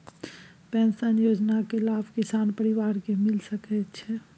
Pension योजना के लाभ किसान परिवार के मिल सके छिए?